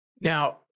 Now